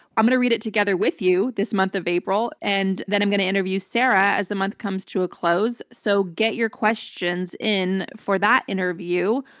i'm going to read it together with you this month of april. and then i'm going to interview sarah as the month comes to a close. so get your questions in. for that interview,